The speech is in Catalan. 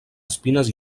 espines